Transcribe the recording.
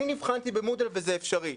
אני נבחנתי במודל, וזה אפשרי.